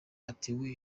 atewe